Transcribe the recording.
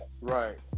Right